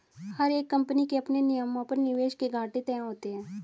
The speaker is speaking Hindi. हर एक कम्पनी के अपने नियमों पर निवेश के घाटे तय होते हैं